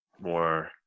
more